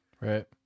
Right